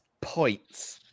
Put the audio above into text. points